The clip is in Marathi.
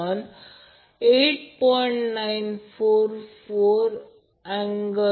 तर हे r आहे हे एक्सरसाइज सोडवण्यासाठी दिले आहे